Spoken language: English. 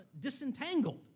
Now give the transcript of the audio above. disentangled